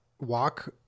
walk